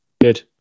Good